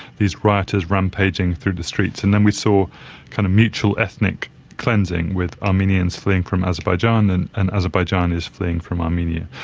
these rioters rampaging through the streets. and then we saw kind of mutual ethnic cleansing with armenians fleeing from azerbaijan and and azerbaijanis fleeing from armenia.